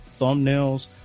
thumbnails